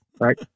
Right